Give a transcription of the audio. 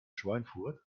schweinfurt